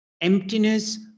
Emptiness